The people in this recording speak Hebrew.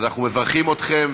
אנחנו מברכים אתכם,